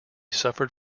suffered